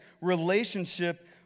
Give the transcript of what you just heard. relationship